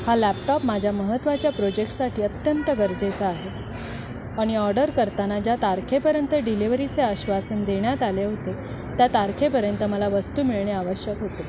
हा लॅपटॉप माझ्या महत्त्वाच्या प्रोजेक्टसाठी अत्यंत गरजेचा आहे आणि ऑर्डर करताना ज्या तारखेपर्यंत डिलिवरीचे आश्वासन देण्यात आले होते त्या तारखेपर्यंत मला वस्तू मिळणे आवश्यक होते